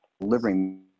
delivering